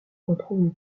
retrouvent